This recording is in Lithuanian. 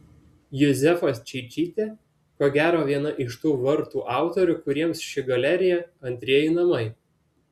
juzefa čeičytė ko gero viena iš tų vartų autorių kuriems ši galerija antrieji namai